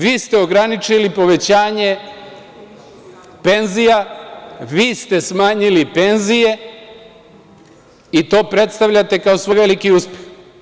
Vi ste ograničili povećanje penzija, vi ste smanjili penzije, i to predstavljate kao svoj veliki uspeh.